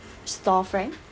store friend